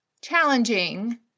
challenging